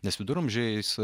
nes viduramžiais